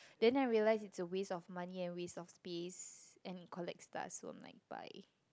then I realised it's a waste of money and a waste of space and it collects dust so I'm like bye